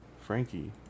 Frankie